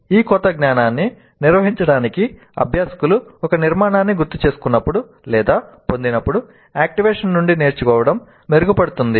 ఈ క్రొత్త జ్ఞానాన్ని నిర్వహించడానికి అభ్యాసకులు ఒక నిర్మాణాన్ని గుర్తుచేసుకున్నప్పుడు లేదా పొందినప్పుడు యాక్టివేషన్ నుండి నేర్చుకోవడం మెరుగుపడుతుంది